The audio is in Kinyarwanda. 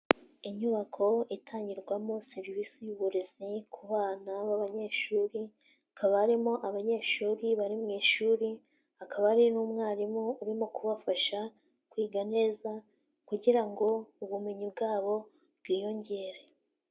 Inyubako itangirwamo serivisi y'uburezi ku bana b'abanyeshuri, hakaba harimo abanyeshuri bari mu ishuri, hakaba hari n'umwarimu urimo kubafasha kwiga neza kugira ngo ubumenyi bwabo bwiyongere.